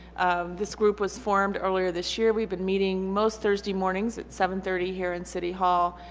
um this group was formed earlier this year. we've been meeting most thursday mornings at seven thirty here in city hall.